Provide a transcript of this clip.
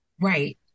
right